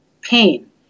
pain